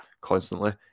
constantly